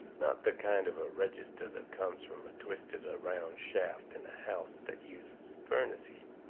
not the kind of a register that comes from a twisted-around shaft in a house that uses furnace heat.